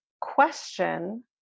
question